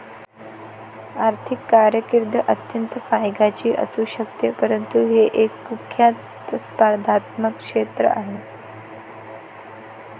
आर्थिक कारकीर्द अत्यंत फायद्याची असू शकते परंतु हे एक कुख्यात स्पर्धात्मक क्षेत्र आहे